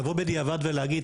לבוא בדיעבד ולהגיד,